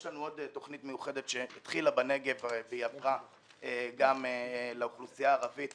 יש לנו עוד תוכנית מיוחדת שהתחילה בנגב והיא הפכה גם לאוכלוסייה הערבית